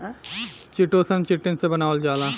chitosan, chitin से बनावल जाला